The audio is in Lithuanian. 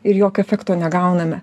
ir jokio efekto negauname